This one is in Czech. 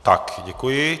Tak děkuji.